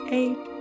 eight